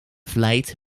vlijt